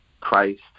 Christ